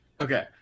Okay